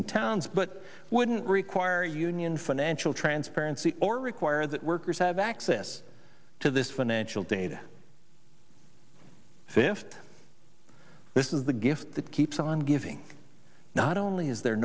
and towns but wouldn't require union financial transparency or require that workers have access to this financial data fifth this is the gift that keeps on giving not only is there